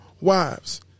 wives